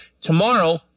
tomorrow